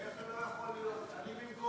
לא יכול להיות, אני במקום מיכל רוזין.